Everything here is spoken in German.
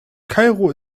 kairo